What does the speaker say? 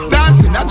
Dancing